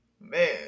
man